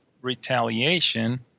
retaliation